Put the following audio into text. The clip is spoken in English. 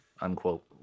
unquote